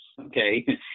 okay